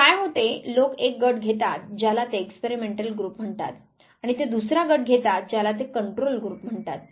तर काय होते लोक एक गट घेतात ज्याला ते एक्सपेरिमेंटल ग्रुप म्हणतात आणि ते दुसरा गट घेतात ज्याला ते कंट्रोल ग्रुप म्हणतात